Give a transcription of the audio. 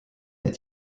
est